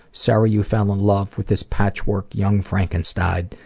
sorry you fell in love with this patchwork young frankenstein,